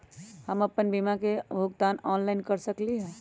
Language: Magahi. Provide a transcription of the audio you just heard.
हम अपन बीमा के भुगतान ऑनलाइन कर सकली ह?